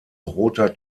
roter